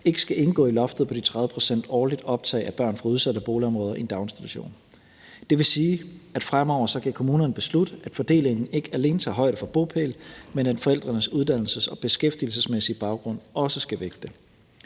ikke skal indgå i loftet på de 30 pct. årligt optag af børn fra udsatte boligområder i en daginstitution. Det vil sige, at fremover kan kommunerne beslutte, at fordelingen ikke alene tager højde for bopæl, men at forældrenes uddannelses- og beskæftigelsesmæssige baggrund også skal vægte.